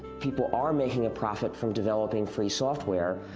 people are making a profit from developing free software,